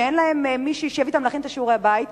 שאין להם מי שישב אתם להכין את שיעורי הבית,